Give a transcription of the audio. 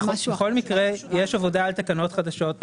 בכל מקרה יש עבודה על תקנות חדשות.